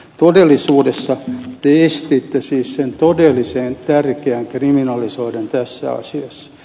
todellisuudessa te estitte siis sen todellisen tärkeän kriminalisoinnin tässä asiassa